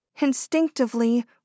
instinctively